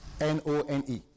N-O-N-E